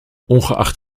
ongeacht